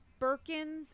birkins